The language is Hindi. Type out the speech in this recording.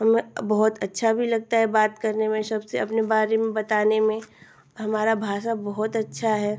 हमें बहुत अच्छा भी लगता है बात करने में सबसे अपने बारे में बताने में हमारी भाषा बहुत अच्छी है